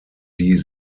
die